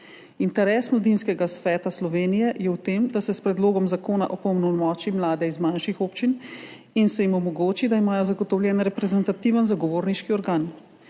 Interes Mladinskega sveta Slovenije je v tem, da se s predlogom zakona opolnomoči mlade iz manjših občin in se jim omogoči, da imajo zagotovljen reprezentativen zagovorniški organ.